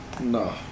No